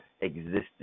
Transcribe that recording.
existence